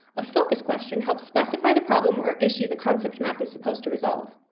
a focus question helps specify the problem or issue the concept map is supposed to resolve.